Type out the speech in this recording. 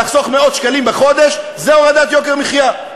לחסוך מאות שקלים בחודש זה הורדת יוקר מחיה.